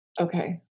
Okay